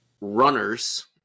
runners